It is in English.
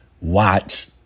Watch